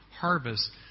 harvest